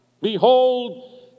behold